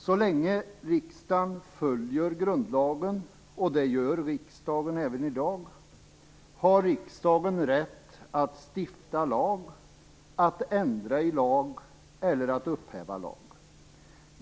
Så länge riksdagen följer grundlagen, och det gör riksdagen även i dag, har riksdagen rätt att stifta lag, att ändra i lag eller att upphäva lag.